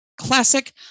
classic